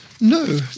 No